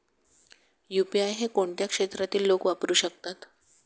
UPI हे कोणत्या क्षेत्रातील लोक वापरू शकतात?